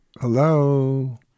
Hello